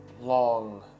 long